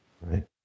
Right